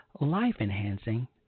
life-enhancing